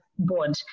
board